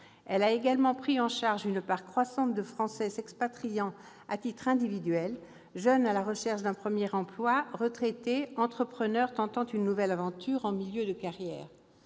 Elle a également pris en charge une part croissante de Français s'expatriant à titre individuel- jeunes à la recherche d'un premier emploi, retraités, entrepreneurs tentant une nouvelle aventure en milieu de carrière